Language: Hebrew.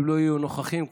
אם לא יהיו נוכחים,